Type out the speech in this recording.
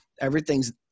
Everything's